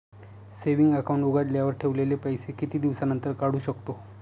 Saving account उघडल्यावर ठेवलेले पैसे किती दिवसानंतर काढू शकतो?